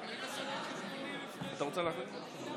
בבקשה.